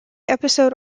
episode